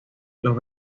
los